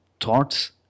thoughts